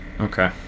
Okay